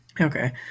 Okay